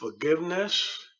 forgiveness